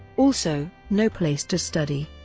also, no place to study.